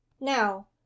now